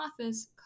Office